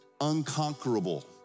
unconquerable